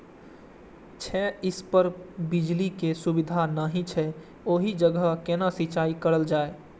छै इस पर बिजली के सुविधा नहिं छै ओहि जगह केना सिंचाई कायल जाय?